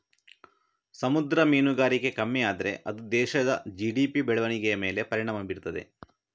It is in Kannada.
ಸಮುದ್ರ ಮೀನುಗಾರಿಕೆ ಕಮ್ಮಿ ಆದ್ರೆ ಅದು ದೇಶದ ಜಿ.ಡಿ.ಪಿ ಬೆಳವಣಿಗೆಯ ಮೇಲೆ ಪರಿಣಾಮ ಬೀರ್ತದೆ